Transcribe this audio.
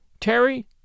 Terry